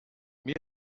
mir